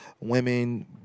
women